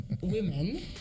women